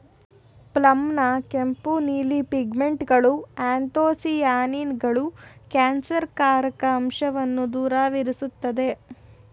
ಪ್ಲಮ್ನ ಕೆಂಪು ನೀಲಿ ಪಿಗ್ಮೆಂಟ್ಗಳು ಆ್ಯಂಥೊಸಿಯಾನಿನ್ಗಳು ಕ್ಯಾನ್ಸರ್ಕಾರಕ ಅಂಶವನ್ನ ದೂರವಿರ್ಸ್ತದೆ